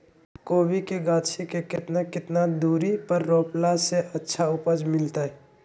कोबी के गाछी के कितना कितना दूरी पर रोपला से अच्छा उपज मिलतैय?